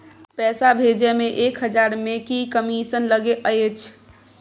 पैसा भैजे मे एक हजार मे की कमिसन लगे अएछ?